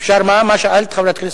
אפשר ועדת הכנסת?